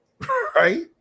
Right